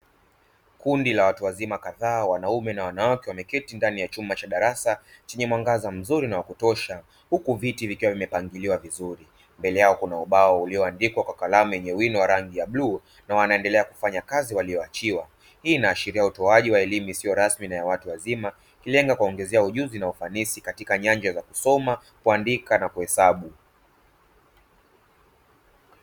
Kundi la watu wazima kadhaa wanaume na wanawake, wameketi ndani ya chumba cha darasa chenye mwangaza mzuri na wakutosha, huku viti vikiwa vimepangiliwa vizuri mbele yao kuna ubao ulioandikwa kwa kalamu yenye wino wa rangi ya bluu na wanaendelea kufanya kazi walioachiwa. Hii inaashiria utoaji wa elimu isiyo rasmi na ya watu wazima ikilenga kuwaongezea ujuzi na ufanisi katika nyanja za kusoma, kuandika na kuhesabu.